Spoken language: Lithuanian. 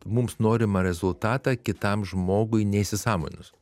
mums norimą rezultatą kitam žmogui neįsisąmoninus